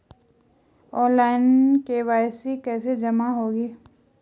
Online KYC कैसे जमा होगी?